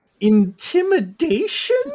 intimidation